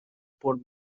por